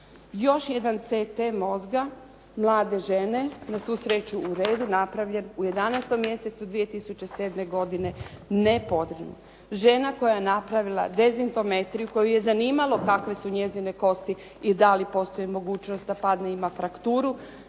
Još jedan CT mozga mlade žene, na svu sreću u redu napravljen u 11 mjesecu 2007. godine, nepodignut. Žena koja je napravila dezimpometriju koju je zanimalo kakve su njezine kosti i da li postoji mogućnost da padne ima frakturu.